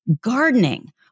gardening